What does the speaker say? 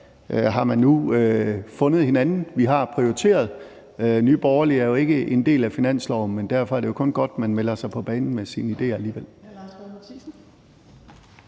at man nu har fundet hinanden. Vi har prioriteret. Nye Borgerlige er jo ikke en del af finansloven, men derfor er det jo kun godt, at man melder sig på banen med sine idéer alligevel.